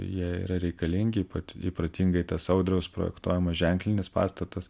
jie yra reikalingi ypač protingai tas audriaus projektuojamas ženklinis pastatas